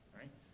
right